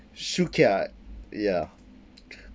shukia ya